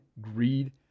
greed